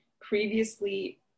previously